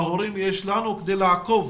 להורים ולנו כדי לעקוב